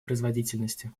производительности